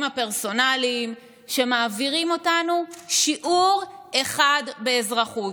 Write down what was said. הפרסונליים שמעבירים אותנו שיעור אחד באזרחות.